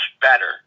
better